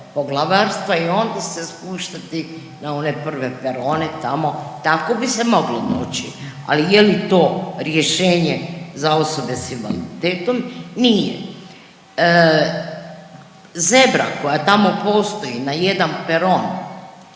Poglavarstva i onda se spuštati na one prve perone tamo, tako bi se moglo doći, ali je li to rješenje za osobe s invaliditetom, nije. Zebra koja tamo postoji na jedan peron,